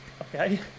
Okay